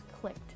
clicked